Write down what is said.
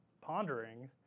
pondering